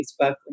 Facebook